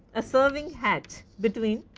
a serving hatch between